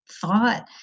Thought